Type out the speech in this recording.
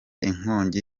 inkongi